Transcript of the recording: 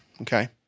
okay